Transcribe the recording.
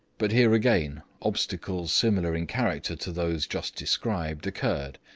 but here again obstacles similar in character to those just described occurred,